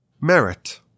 Merit